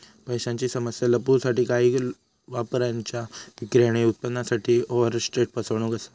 पैशांची समस्या लपवूसाठी काही व्यापाऱ्यांच्या विक्री आणि उत्पन्नासाठी ओवरस्टेट फसवणूक असा